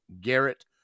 Garrett